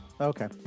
Okay